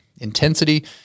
Intensity